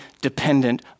dependent